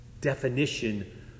definition